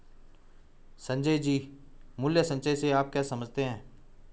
संजय जी, मूल्य संचय से आप क्या समझते हैं?